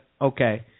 okay